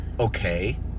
Okay